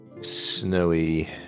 snowy